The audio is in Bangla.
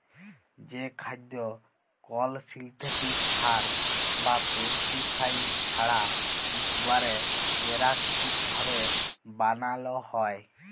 যে খাদ্য কল সিলথেটিক সার বা পেস্টিসাইড ছাড়া ইকবারে পেরাকিতিক ভাবে বানালো হয়